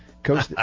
Coach